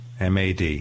MAD